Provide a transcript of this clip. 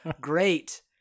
great